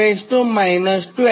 85410 12 Fm છે